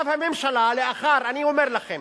עכשיו הממשלה, אני אומר לכם,